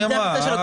היא אמרה.